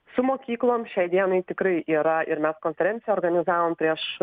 su mokyklom šiai dienai tikrai yra ir mes konferenciją organizavom prieš